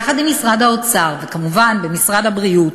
יחד עם משרד האוצר, וכמובן משרד הבריאות,